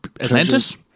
Atlantis